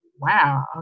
wow